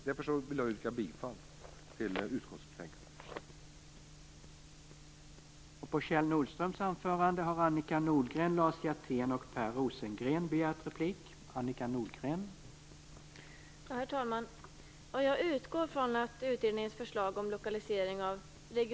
Jag yrkar bifall till utskottets hemställan.